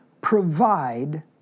provide